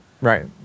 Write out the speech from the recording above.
Right